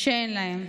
שאין להם,